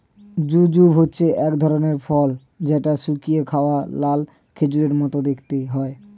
jujube হচ্ছে এক ধরনের ফল যেটা শুকিয়ে যাওয়া লাল খেজুরের মত দেখতে হয়